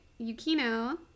Yukino